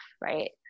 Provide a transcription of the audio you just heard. right